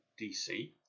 DC